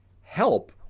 help